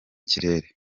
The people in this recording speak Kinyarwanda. ikirere